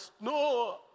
no